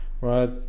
right